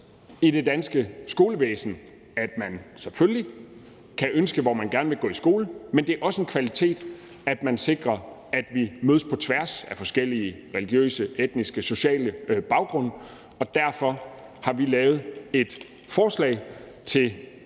det danske skolevæsen, at man selvfølgelig kan ønske, hvor man gerne vil gå i skole, men det er også en kvalitet, at man sikrer, at vi mødes på tværs af forskellige religiøse, etniske, sociale baggrunde, og derfor har vi lavet et forslag til